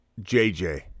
JJ